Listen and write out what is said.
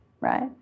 right